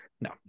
No